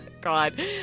God